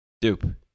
Dupe